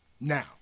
Now